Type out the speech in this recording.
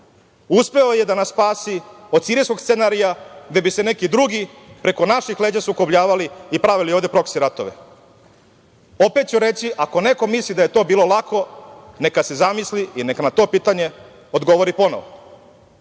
Uspeo je da nas spasi od sirijskog scenarija, gde bi se neki drugi preko naših leđa sukobljavali i pravili ovde proksi ratove. Opet ću reći – ako neko misli da je to bilo lako, neka se zamisli i neka na to pitanje odgovori ponovo. Srbija